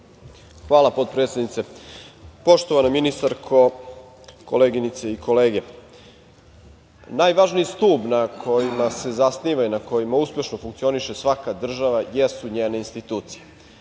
Hvala potpredsednice. Poštovana ministarko, koleginice i kolege, najvažniji stub na kojima se zasniva i na kojem uspešno funkcioniše svaka država jesu njene institucije.